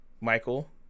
Michael